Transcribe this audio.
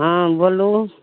हँ बोलू